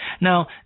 Now